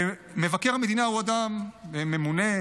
מבקר המדינה הוא אדם ממונה,